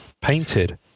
painted